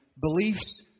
beliefs